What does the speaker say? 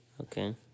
Okay